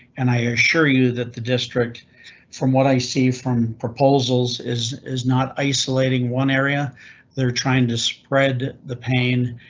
and i assure you that the district from what i see from proposals is is not isolating one area that are trying to spread the pain,